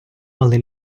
але